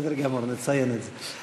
רציתם להצביע בעד, בסדר גמור, נציין את זה.